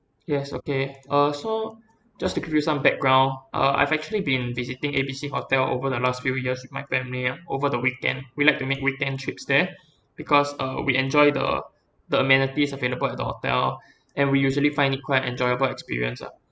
yes okay uh so just to give you some background uh I've actually been visiting A B C hotel over the last few years with my family ah over the weekend we like to make weekend trips there because uh we enjoy the the amenities available at the hotel and we usually find it quite enjoyable experience ah